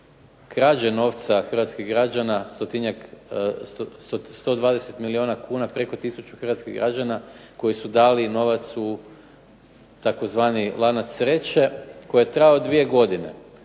krađe novca hrvatskih građana 120 milijuna kuna preko tisuću hrvatskih građana koji su dali novac u tzv. "lanac sreće" koji je trajao 2 godine.